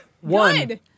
One